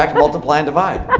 like multiply, and divide.